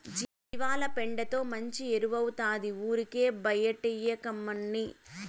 జీవాల పెండతో మంచి ఎరువౌతాది ఊరికే బైటేయకమ్మన్నీ